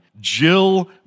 Jill